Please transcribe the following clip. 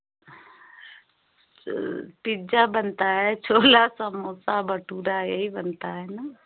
pizza बनता है छोला समोसा भटूरा यही बनता है ना